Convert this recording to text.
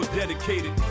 dedicated